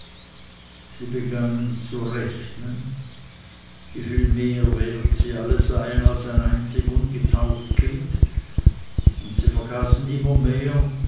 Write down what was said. sie begannen zu rechnen wieviel mehr wert sie alle seien als ein einzig ungetauft kind sie vergaßen immer mehr